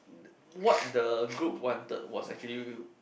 what the group wanted was actually